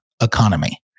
economy